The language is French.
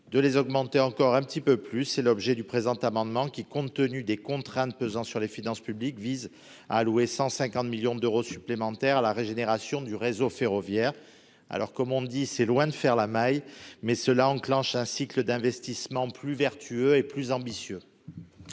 indispensable d'aller un peu plus loin. Tel est l'objet du présent amendement qui, compte tenu des contraintes pesant sur les finances publiques, vise à allouer 150 millions d'euros supplémentaires à la régénération du réseau ferroviaire. Comme on dit, c'est loin de faire la maille, mais cela enclenche un cycle d'investissement plus vertueux et plus ambitieux